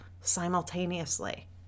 simultaneously